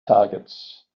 targets